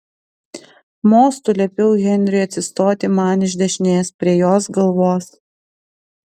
mostu liepiau henriui atsistoti man iš dešinės prie jos galvos